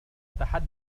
تحدث